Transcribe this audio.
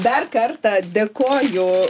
dar kartą dėkoju